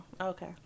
Okay